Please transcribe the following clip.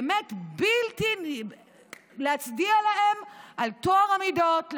באמת להצדיע להם על טוהר המידות,